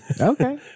Okay